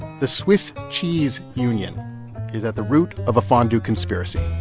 the swiss cheese union is at the root of a fondue conspiracy